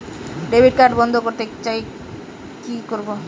Debit card বন্ধ করতে চাই কি করব?